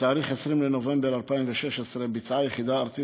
בתאריך 20 בנובמבר 2016 ביצעה היחידה הארצית